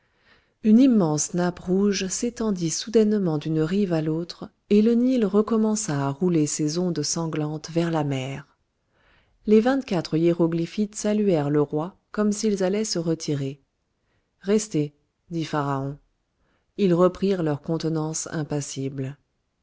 une immense nappe rouge s'étendit soudainement d'une rive à l'autre et le nil recommença à rouler ses ondes sanglantes vers la mer les vingt-quatre hiéroglyphites saluèrent le roi comme s'ils allaient se retirer restez dit pharaon ils reprirent leur contenance impassible